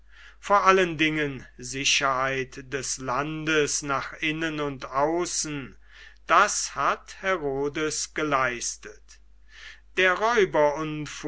vor allen dingen sicherheit des landes nach innen und außen das hat herodes geleistet der